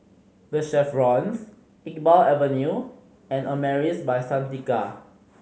The Chevrons Iqbal Avenue and Amaris By Santika